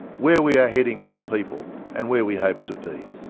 where we are heading as a people and where we hope to be.